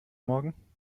morgen